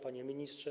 Panie Ministrze!